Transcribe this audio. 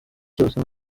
cyose